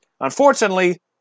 Unfortunately